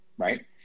right